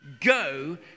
go